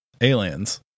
aliens